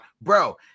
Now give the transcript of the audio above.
Bro